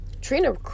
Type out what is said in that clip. trina